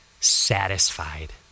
satisfied